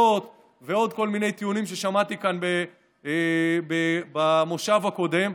ועוד כל מיני טיעונים ששמעתי כאן במושב הקודם,